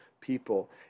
people